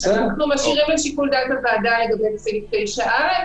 אנחנו משיארים את שיקול דעת הוועדה לגבי סעיף 9(א).